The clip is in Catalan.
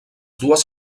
dues